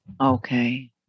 Okay